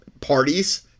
parties